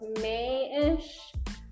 May-ish